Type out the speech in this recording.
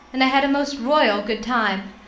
and i had a most royal good time.